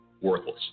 worthless